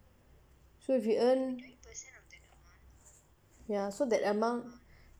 so if you earn ya so that amount